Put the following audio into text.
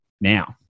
now